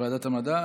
ועדת המדע?